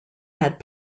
had